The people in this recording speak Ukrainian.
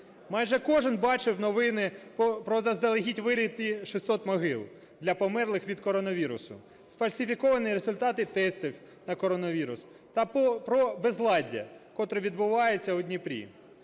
Майже кожен бачив новини про заздалегідь вириті 600 могил для померлих від коронавірусу, сфальсифіковані результати тестів на коронавірус та про безладдя, котрий відбувається у Дніпрі.